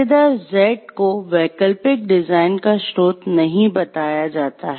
ठेकेदार Z को वैकल्पिक डिजाइन का स्रोत नहीं बताया जाता है